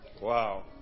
Wow